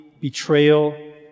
betrayal